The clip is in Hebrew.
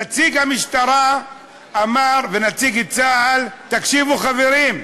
נציג המשטרה ונציג צה"ל אמרו: תקשיבו, חברים,